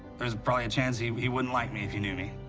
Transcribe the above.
there's probably a chance he, he wouldn't like me if he knew me.